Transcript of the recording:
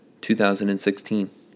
2016